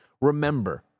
Remember